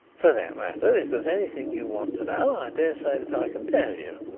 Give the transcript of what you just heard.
for that matter, if there is anything you want to know, i dare say that i can tell you,